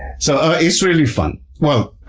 so it's really fun. well,